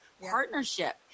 partnership